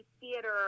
theater